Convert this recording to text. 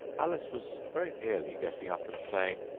alice was very nearly getting up and saying,